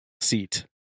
seat